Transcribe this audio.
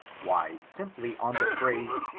why, simply on the phrase,